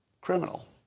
criminal